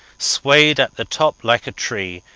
swayed at the top like a tree,